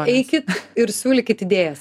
eikit ir siūlykit idėjas